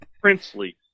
Princely